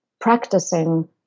practicing